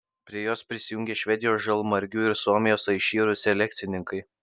prie jos prisijungė švedijos žalmargių ir suomijos airšyrų selekcininkai